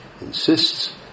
insists